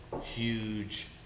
huge